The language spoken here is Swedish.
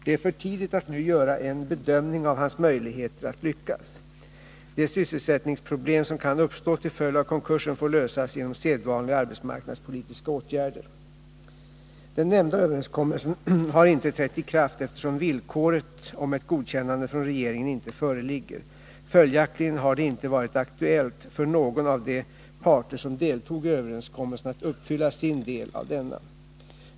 Det är för tidigt att nu göra en bedömning av hans möjligheter att lyckas. De sysselsättningsproblem som kan uppstå till följd av konkursen får lösas genom sedvanliga arbetsmarknadspolitiska åtgärder. Den nämnda överenskommelsen har inte trätt i kraft, eftersom villkoret om ett godkännande från regeringen inte föreligger. Följaktligen har det inte varit aktuellt för någon av de parter som deltog i överenskommelsen att uppfylla sin del av denna.